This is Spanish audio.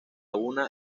una